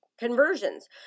conversions